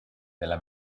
della